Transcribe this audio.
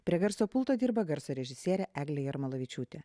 prie garso pulto dirba garso režisierė eglė jarmalavičiūtė